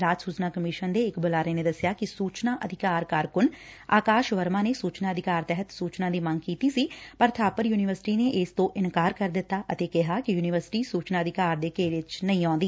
ਰਾਜ ਸੂਚਨਾ ਕਮਿਸ਼ਨ ਦੇ ਇਕ ਬੂਲਾਰੇ ਨੇ ਦਸਿਆ ਕਿ ਸੂਚਨਾ ਅਧਿਕਾਰ ਕਾਰਕੁੰਨ ਆਕਾਸ਼ ਵਰਮਾ ਨੇ ਸੁਚਨਾ ਅਧਿਕਾਰ ਤਹਿਤ ਸੁਚਨਾ ਦੀ ਮੰਗ ਕੀਤੀ ਸੀ ਪਰ ਬਾਪਰ ਯੁਨੀਵਰਸਿਟੀ ਨੇ ਇਸ ਤੋ ਇਨਕਾਰ ਕਰ ਦਿੱਤਾ ਅਤੇ ਕਿਹਾ ਕਿ ਯੁਨੀਵਰਸਿਟੀ ਸੁਚਨਾ ਅਧਿਕਾਰ ਦੇ ਘੇਰੇ ਚ ਨਹੀਂ ਆਉਂਦੀ